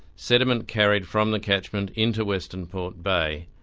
sediment carried from the catchment into western port bay,